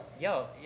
yo